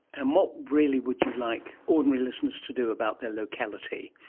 and what really would you like ordinary listeners to do about their locality?